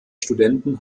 studenten